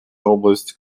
область